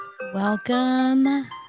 Welcome